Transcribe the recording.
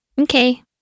Okay